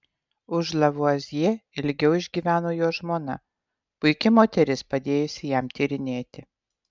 už lavuazjė ilgiau išgyveno jo žmona puiki moteris padėjusi jam tyrinėti